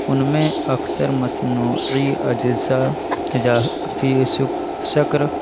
ان میں اکثر مصنوعی اجزاء اضافی شکر